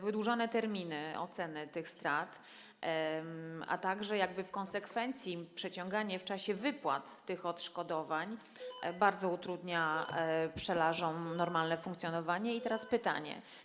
Wydłużone terminy oceny tych strat, a także w konsekwencji przeciąganie w czasie wypłat odszkodowań bardzo utrudniają pszczelarzom normalne funkcjonowanie i teraz pytanie: